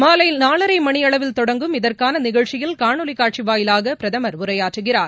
மாலை நாலரை மணி அளவில் தொடங்கும் இதற்காள நிகழ்ச்சியில் காணொலிக் காட்சி வாயிலாக பிரதமர் உரையாற்றுகிறார்